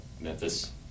memphis